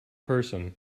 person